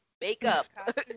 Makeup